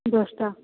ଦଶ ଟା